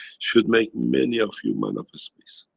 should make many of you man of space,